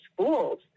schools